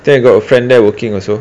I think I got a friend there working also